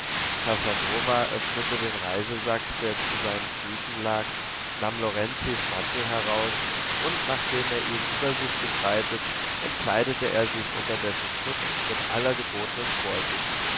casanova öffnete den reisesack der zu seinen füßen lag nahm lorenzis mantel heraus und nachdem er ihn über sich gebreitet entkleidete er sich unter dessen schutz mit aller gebotenen vorsicht